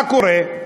מה קורה?